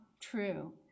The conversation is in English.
true